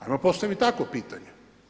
Ajmo postaviti tako pitanje.